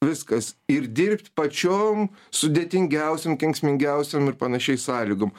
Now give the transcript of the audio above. viskas ir dirbt pačiom sudėtingiausiom kenksmingiausiom ir panašiai sąlygom